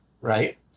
right